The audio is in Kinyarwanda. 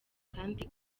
kandi